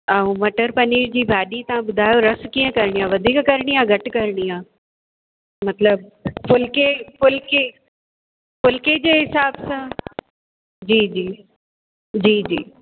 ऐं मटर पनीर जी भाॼी तव्हां ॿुधायो रसु कीअं करिणी आहे वधीक करिणी आहे घटि करिणी मतिलब फ़ुल्के फ़ुल्के फ़ुल्के जे हिसाब सां जी जी जी जी